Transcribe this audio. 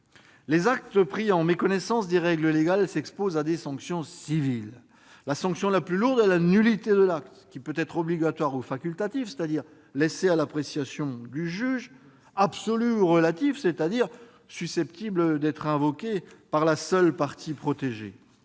Les actes pris en méconnaissance des règles légales s'exposent à de telles sanctions. La sanction la plus lourde est la nullité de l'acte, qui peut être obligatoire ou facultative, c'est-à-dire laissée à l'appréciation du juge, absolue ou relative, autrement dit susceptible d'être invoquée par la seule partie protégée.